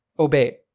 Obey